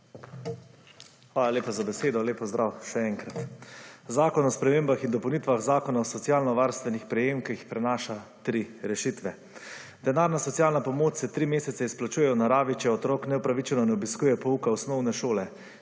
Hvala lepa za besedo. Lep pozdrav še enkrat! Zakon o spremembah in dopolnitvah Zakona o socialno-varstvenih prejemkih prinaša tri rešitve. Denarno-socialna pomoč se tri mesece izplačuje v naravi, če otrok neopravičeno ne obiskuje pouka osnovne šole.